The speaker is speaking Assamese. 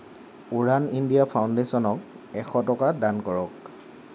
উড়ান ইণ্ডিয়া ফাউণ্ডেশ্যনক এশ টকা দান কৰক